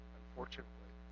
unfortunately